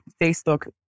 Facebook